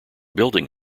building